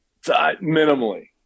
minimally